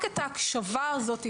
רק את ההקשבה הזאת,